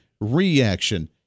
reaction